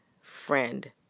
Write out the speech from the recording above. friend